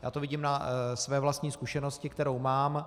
Já to vidím na své vlastní zkušenosti, kterou mám.